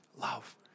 love